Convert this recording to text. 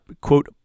quote